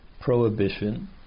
prohibition